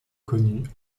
connue